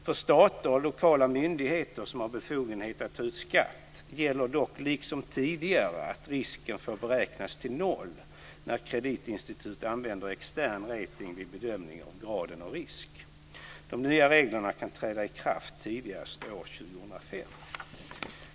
För stater och lokala myndigheter som har befogenhet att ta ut skatt gäller dock liksom tidigare att risken kan få beräknas till noll när kreditinstitut använder extern rating vid bedömning av graden av risk. De nya reglerna kan träda i kraft tidigast år 2005.